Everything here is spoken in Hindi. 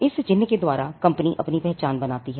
इस चिह्न के द्वारा कंपनी अपनी पहचान बनाती है